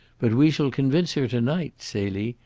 but we shall convince her to-night, celie,